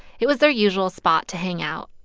it was their usual spot to hang out,